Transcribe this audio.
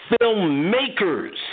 filmmakers